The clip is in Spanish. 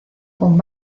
con